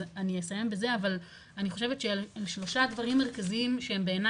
אז אני אסיים בזה אבל אני חושבת שאלו שלושה דברים מרכזיים שהם בעיני